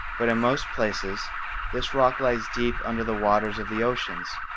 but in most places this rock lies deep under the waters of the oceans,